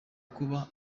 kuba